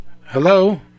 Hello